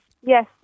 yes